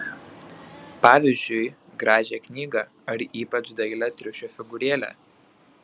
pavyzdžiui gražią knygą ar ypač dailią triušio figūrėlę